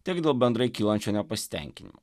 tiek dėl bendrai kylančio nepasitenkinimo